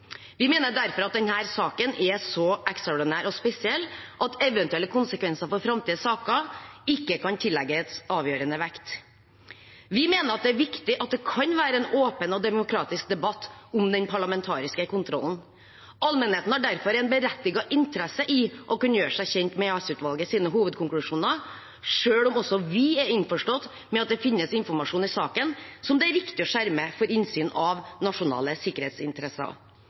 Vi mener derfor at denne saken er så ekstraordinær og spesiell at eventuelle konsekvenser for framtidige saker ikke kan tillegges avgjørende vekt. Vi mener at det er viktig at det kan være en åpen og demokratisk debatt om den parlamentariske kontrollen. Allmennheten har derfor en berettiget interesse av å kunne gjøre seg kjent med EOS-utvalgets hovedkonklusjoner, selv om også vi er innforstått med at det finnes informasjon i saken det er riktig å skjerme for innsyn, av nasjonale sikkerhetsinteresser.